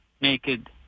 naked